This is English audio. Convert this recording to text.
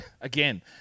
again